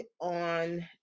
on